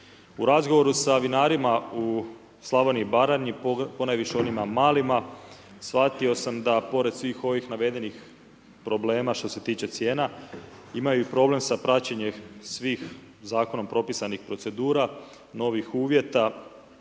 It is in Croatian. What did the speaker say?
U razgovoru sa vinarima Slavoniji i Baranji, ponajviše onima malima, shvatio sam da pored svih ovih navedenih problema što se tiče cijena, imaju problem sa praćenjem svih zakonom propisanih procedura, novih uvjeta